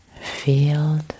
field